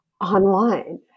online